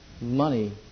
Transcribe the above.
Money